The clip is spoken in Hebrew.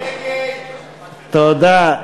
תודה.